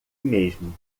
mesmo